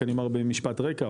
רק אני אומר במשפט רקע,